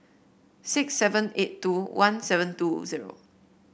six seven eight two one seven two zero